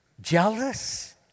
jealous